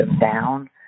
down